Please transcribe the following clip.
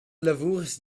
lavurs